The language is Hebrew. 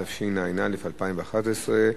התשע"א 2011,